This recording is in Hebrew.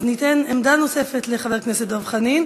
אז ניתן עמדה נוספת לחבר הכנסת דב חנין.